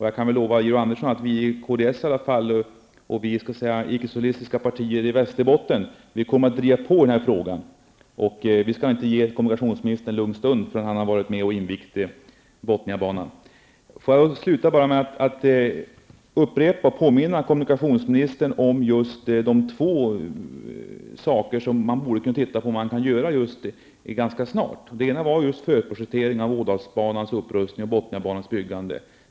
Jag kan lova Georg Andersson att vi i kds och ickesocialistiska partier i Västerbotten kommer att driva på i den här frågan. Vi skall inte ge kommunikationsministern en lugn stund förrän han har invigt Bothniabanan. Jag vill sluta med att påminna kommunikationsministern om just de två saker som man borde titta på ganska snart. Det ena är förprojektering av Ådalsbanans upprustning och Bothniabanans byggande.